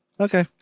Okay